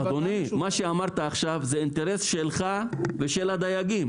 מה שאמרת עכשיו הוא אינטרס שלך ושל הדייגים.